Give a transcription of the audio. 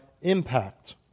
impact